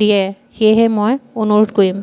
দিয়ে সেয়েহে মই অনুৰোধ কৰিম